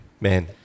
man